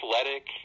athletic